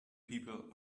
people